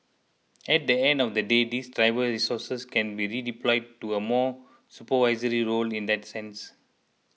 at the end of the day these driver resources can be redeployed to a more supervisory role in that sense